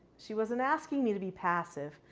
she wasn't asking me to be passive.